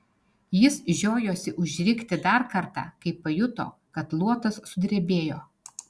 jis žiojosi užrikti dar kartą kai pajuto kad luotas sudrebėjo